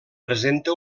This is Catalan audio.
presenta